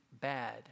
bad